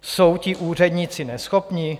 Jsou ti úředníci neschopní?